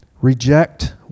reject